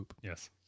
Yes